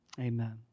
Amen